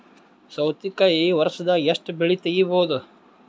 ಸೌತಿಕಾಯಿ ವರ್ಷದಾಗ್ ಎಷ್ಟ್ ಬೆಳೆ ತೆಗೆಯಬಹುದು?